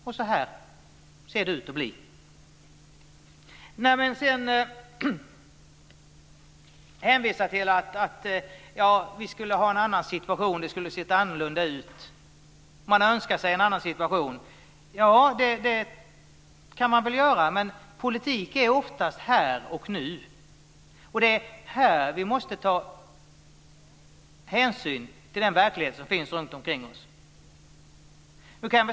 Och så ser det ut att bli. Sedan hänvisar man till att vi skulle ha haft en annan situation och att det skulle ha sett annorlunda ut. Man önskar sig en annan situation. Det kan man väl göra, men politik är oftast här och nu. Det är här vi måste ta hänsyn till den verklighet som finns runtomkring oss.